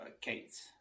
Kate